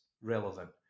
relevant